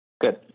Good